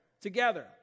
together